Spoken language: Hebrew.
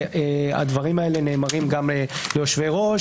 והדברים האלה נאמרים גם ליושבי-ראש,